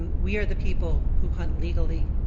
and we are the people who hunt legally.